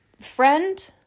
friend